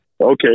Okay